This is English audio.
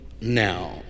now